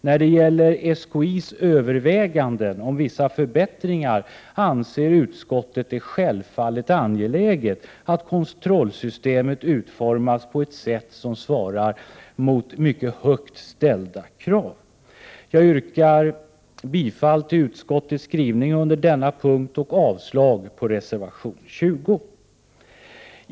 När det gäller SKI:s överväganden om vissa förbättringar anser utskottet det självfallet angeläget att kontrollsystemet utformas på ett sätt som svarar mot mycket högt ställda krav. Jag yrkar bifall till utskottets skrivning under denna punkt och avslag på reservation 20.